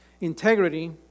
integrity